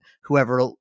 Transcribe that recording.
whoever